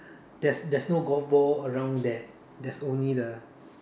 there's there's no golf ball around there there's only the